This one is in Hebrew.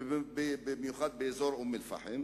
ובמיוחד באזור אום-אל-פחם,